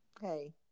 Hey